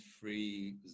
free